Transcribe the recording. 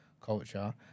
culture